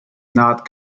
not